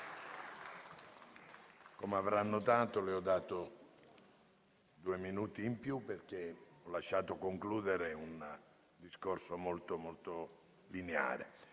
Come avrà notato, le ho dato due minuti in più, perché le ho lasciato concludere un discorso molto, molto lineare,